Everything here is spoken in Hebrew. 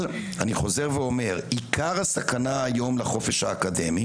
אני חוזר ואומר, עיקר הסכנה היום לחופש האקדמי